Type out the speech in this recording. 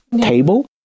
table